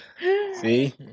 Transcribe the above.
See